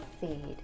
seed